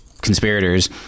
Conspirators